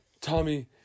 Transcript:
tommy